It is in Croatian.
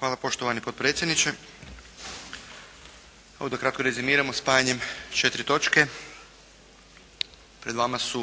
Hvala poštovani potpredsjedniče. Ovo da kratko rezimiramo spajanjem 4 točke. Pred vama su